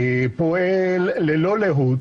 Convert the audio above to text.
פועל ללא לאות